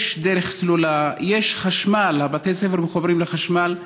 יש דרך סלולה, יש חשמל, בתי הספר מחוברים לחשמל,